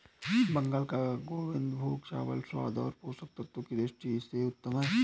बंगाल का गोविंदभोग चावल स्वाद और पोषक तत्वों की दृष्टि से उत्तम है